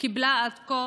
קיבלה עד כה